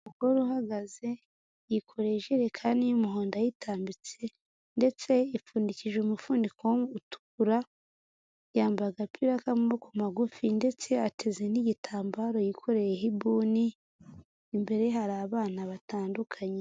Umugore uhagaze yikoreye ijerekani y'umuhondo ayitambitse ndetse yapfundikije umufuniko utukura, yambaye agapira k'amaboko magufi ndetse ateze n'igitambaro yikoreyeho ibuni, imbere ye hari abana batandukanye.